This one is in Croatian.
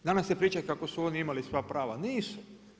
Danas se priča kako su oni imaju sva prava, nisu.